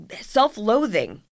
self-loathing